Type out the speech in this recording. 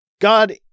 God